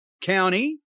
County